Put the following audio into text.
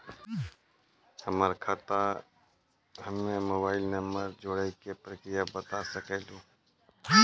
हमर खाता हम्मे मोबाइल नंबर जोड़े के प्रक्रिया बता सकें लू?